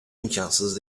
imkansız